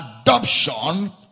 Adoption